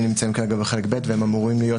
נמצאים כרגע בחלק ב' והם אמורים להיות,